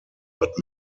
but